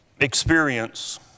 experience